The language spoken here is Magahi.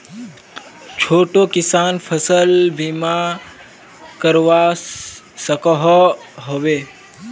छोटो किसान फसल बीमा करवा सकोहो होबे?